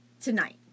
tonight